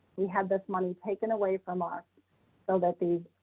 we had this money taken away from us so that these,